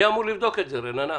אמור לבדוק את זה, רננה?